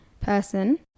person